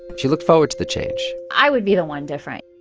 she looked forward to the change i would be the one different,